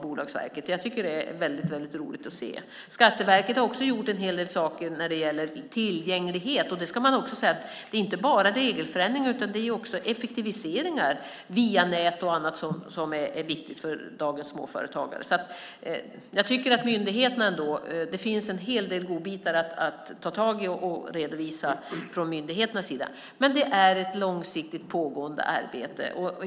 Jag tycker att det är väldigt roligt att se. Skatteverket har också gjort en hel del saker när det gäller tillgänglighet. Det är inte bara regelförändringar utan också effektiviseringar via nät och annat som är viktigt för dagens småföretagare. Jag tycker att det finns en hel del godbitar att ta tag i och redovisa från myndigheternas sida. Men detta är ett långsiktigt pågående arbete.